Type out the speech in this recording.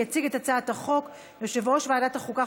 יציג את הצעת החוק יושב-ראש ועדת החוקה,